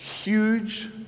huge